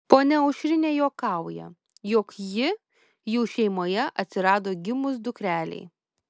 ponia aušrinė juokauja jog ji jų šeimoje atsirado gimus dukrelei